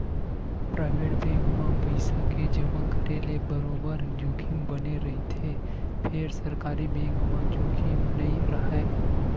private bank म पइसा के जमा करे ले बरोबर जोखिम बने रहिथे फेर सरकारी बेंक म जोखिम नइ राहय